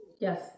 yes